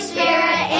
Spirit